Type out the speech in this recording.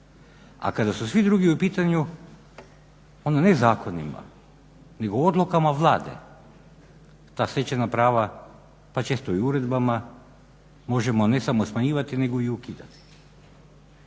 a kada su svi drugi u pitanju onda ne zakonima nego odlukama Vlada ta stečena prava, pa često i uredbama, možemo ne samo smanjivati nego i ukidati.